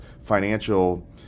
financial